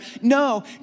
No